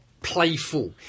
playful